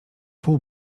pół